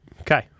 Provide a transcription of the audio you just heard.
Okay